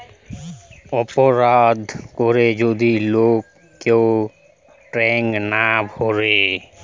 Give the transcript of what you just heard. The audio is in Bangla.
অপরাধ করে যদি লোক কেউ ট্যাক্স না ভোরে